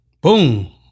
Boom